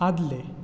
आदलें